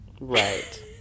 Right